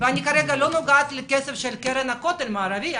ואני עוד לא נוגעת בכסף של קרן הכותל המערבי.